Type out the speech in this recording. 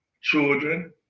children